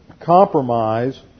compromise